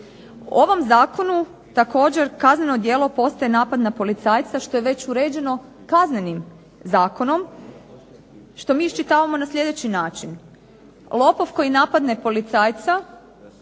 U ovom zakonu također kazneno djelo postaje napad na policajca što je već uređeno Kaznenim zakonom što mi iščitavamo na sljedeći način. Lopov koji napadne policajca